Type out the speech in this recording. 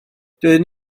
doeddwn